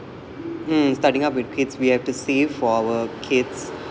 mm starting up with kids we have to save for our kids